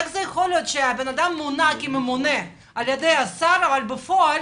איך יכול להיות שהבן אדם מונה כממונה על ידי השר אבל בפועל